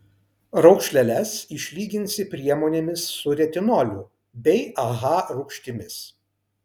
raukšleles išlyginsi priemonėmis su retinoliu bei aha rūgštimis